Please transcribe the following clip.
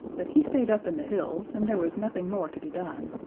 but he stayed up in the hills, and there was nothing more to be done.